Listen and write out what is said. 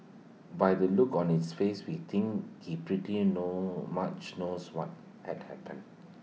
by the look on its face we think he pretty know much knows what had happened